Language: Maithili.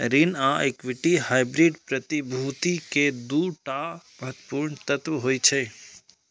ऋण आ इक्विटी हाइब्रिड प्रतिभूति के दू टा महत्वपूर्ण तत्व होइ छै